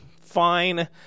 fine